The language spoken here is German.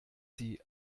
sie